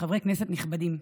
וחברי כנסת נכבדים,